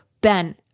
Ben